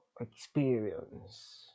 experience